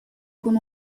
con